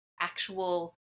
actual